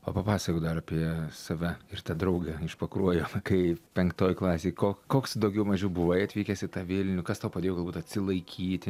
o papasakok dar apie save ir tą draugą iš pakruojo kai penktoj klasėj ko koks daugiau mažiau buvai atvykęs į tą vilnių kas tau padėjo galbūt atsilaikyti